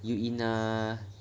you in err